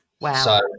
Wow